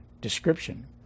description